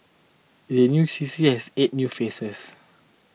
the new C C has eight new faces